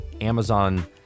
Amazon